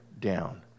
down